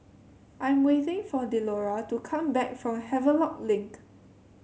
I am waiting for Delora to come back from Havelock Link